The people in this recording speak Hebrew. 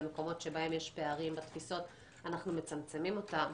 במקומות שבהם יש פערים בתפיסות אנחנו מצמצמים אותם.